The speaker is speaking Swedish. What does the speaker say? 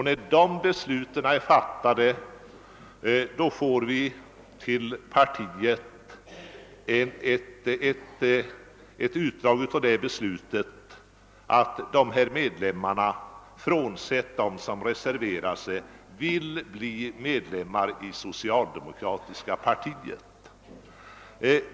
När dessa beslut är fattade tillställs partiet ett utdrag härav med uppgift om att respektive avdelnings medlemmar med undantag av dem som reserverar sig vill bli medlemmar i socialdemokratiska partiet.